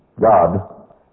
God